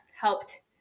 helped